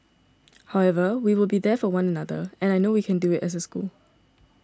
however we will be there for one another and I know we can do it as a school